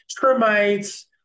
Termites